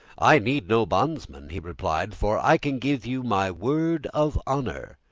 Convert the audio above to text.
i need no bondsmen, he replied, for i can give you my word of honor.